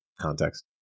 context